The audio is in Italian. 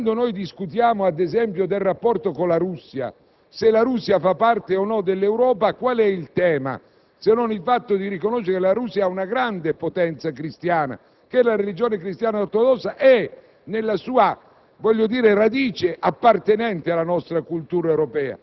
il suo *humus* e la sua unità. Quando discutiamo, ad esempio, del rapporto con la Russia, se la Russia faccia parte o meno dell'Europa, qual è il tema se non quello di riconoscere che la Russia è una grande potenza cristiana, che la religione cristiana-ortodossa è, nella sua